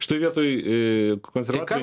šitoj vietoj konservatoriai